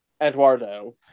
Eduardo